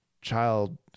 child